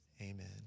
Amen